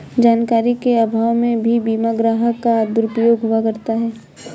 जानकारी के अभाव में भी बीमा ग्राहक का दुरुपयोग हुआ करता है